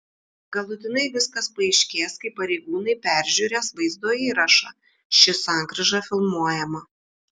galutinai viskas paaiškės kai pareigūnai peržiūrės vaizdo įrašą ši sankryža filmuojama